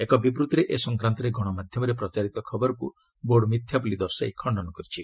ଏକ ବିବୃତ୍ତିରେ ଏ ସଂକ୍ରାନ୍ତରେ ଗଣମାଧ୍ୟମରେ ପ୍ରଚାରିତ ଖବରକୁ ବୋର୍ଡ୍ ମିଥ୍ୟା ବୋଲି ଦର୍ଶାଇ ଖଶ୍ଚନ କରିଛି